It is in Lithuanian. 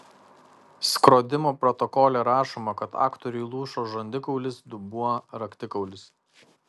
skrodimo protokole rašoma kad aktoriui lūžo žandikaulis dubuo raktikaulis